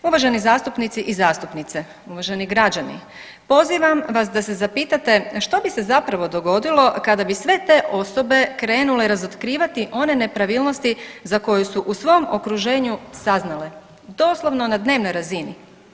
Uvaženi zastupnici i zastupnice, uvaženi građani, pozivam vas da se zapitate što bi se zapravo dogodilo kada bi sve te osobe krenule razotkrivati one nepravilnosti za koje su u svom okruženju saznale doslovno na dnevnoj razini.